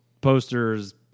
posters